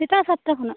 ᱥᱮᱛᱟᱜ ᱥᱟᱛᱴᱟ ᱠᱷᱚᱱᱟᱜ